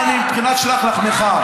גם מבחינת שלח לחמך,